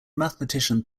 mathematician